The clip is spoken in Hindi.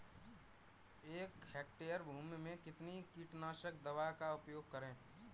एक हेक्टेयर भूमि में कितनी कीटनाशक दवा का प्रयोग करें?